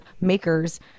makers